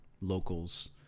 locals